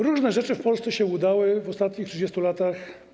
Różne rzeczy w Polsce się udały w ostatnich 30 latach.